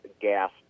gas